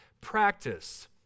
practice